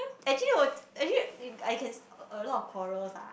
actually 我 actually I can a lot of quarrels ah